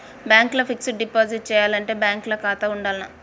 Bank ల fixed deposit చేయాలంటే bank ల ఖాతా ఉండాల్నా?